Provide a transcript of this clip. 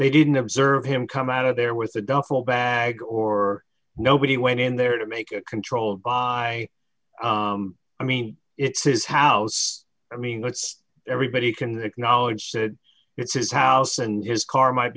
they didn't observe him come out of there with a duffel bag or nobody went in there to make a controlled by i mean it's his house i mean let's everybody can acknowledge that it's his house and his car might